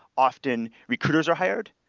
often recruiters are hired,